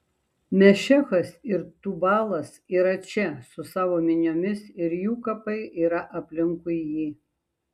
mešechas ir tubalas yra čia su savo miniomis ir jų kapai yra aplinkui jį